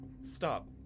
stop